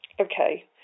Okay